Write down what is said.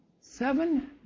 seven